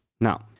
Now